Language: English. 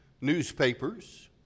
newspapers